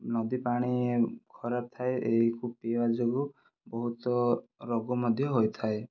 ନଦୀ ପାଣି ଖରାପ ଥାଏ ଏହାକୁ ପିଇବା ଯୋଗୁଁ ବହୁତ ରୋଗ ମଧ୍ୟ ହୋଇଥାଏ